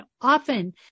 often